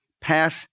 pass